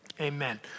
Amen